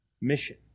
mission